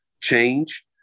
change